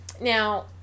now